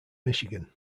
michigan